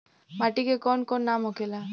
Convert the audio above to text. माटी के कौन कौन नाम होखे ला?